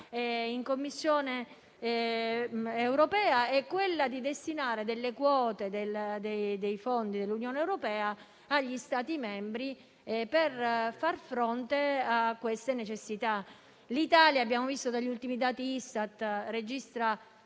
in Commissione europea è di destinare delle quote dei fondi dell'Unione europea agli Stati membri per far fronte a queste necessità. Come abbiamo visto dagli ultimi dati Istat, l'Italia